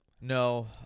No